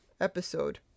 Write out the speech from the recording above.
episode